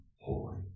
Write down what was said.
holy